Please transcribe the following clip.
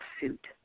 suit